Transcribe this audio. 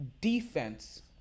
defense